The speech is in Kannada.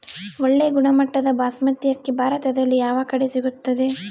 ಒಳ್ಳೆ ಗುಣಮಟ್ಟದ ಬಾಸ್ಮತಿ ಅಕ್ಕಿ ಭಾರತದಲ್ಲಿ ಯಾವ ಕಡೆ ಸಿಗುತ್ತದೆ?